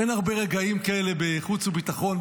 אין הרבה רגעים כאלה בחוץ וביטחון,